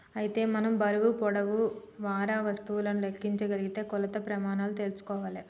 అయితే మనం బరువు పొడవు వారా వస్తువులను లెక్కించగలిగిన కొలత ప్రెమానాలు తెల్సుకోవాలే